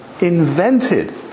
invented